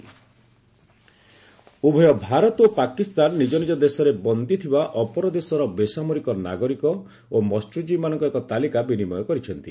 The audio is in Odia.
ଇଣ୍ଡିଆ ପାକିସ୍ତାନ ଉଭୟ ଭାରତ ଓ ପାକିସ୍ତାନ ନିଜ ନିଜ ଦେଶରେ ବନ୍ଦୀ ଥିବା ଅପର ଦେଶର ବେସାମରିକ ନାଗରିକ ଓ ମସ୍ୟଜୀବୀମାନଙ୍କ ଏକ ତାଲିକା ବିନିମୟ କରିଛନ୍ତି